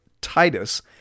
Titus